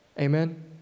Amen